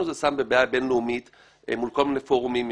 בבעיה בינלאומית מול כל מיני פורומים.